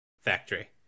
Factory